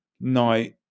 night